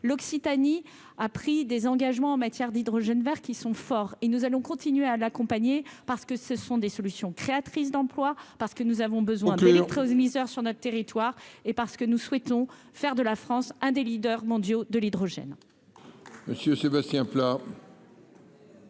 l'Occitanie, a pris des engagements en matière d'hydrogène Vert qui sont forts et nous allons continuer à l'accompagner, parce que ce sont des solutions créatrices d'emplois parce que nous avons besoin, mais les misère sur notre territoire et parce que nous souhaitons faire de la France, un des leaders mondiaux de l'hydrogène